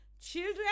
Children